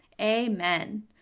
Amen